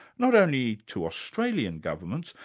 not only to australian governments,